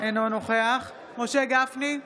אינו נוכח משה גפני,